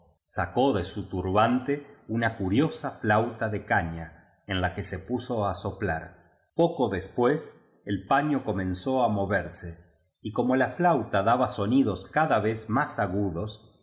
sacó de su turbante una curiosa flauta de caña en la que se puso á soplar poco des pués el paño comenzó á moverse y como la flauta daba soni dos cada vez más agudos